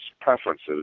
preferences